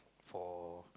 for